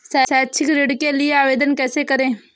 शैक्षिक ऋण के लिए आवेदन कैसे करें?